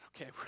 Okay